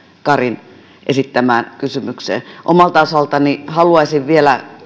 karin esittämään kysymykseen omalta osaltani haluaisin vielä